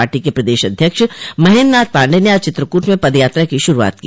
party के प्रदेश अध्यक्ष महेन्द्रनाथ पाण्डें ने आज चित्रकूट में पदयात्रा की शुरूआत की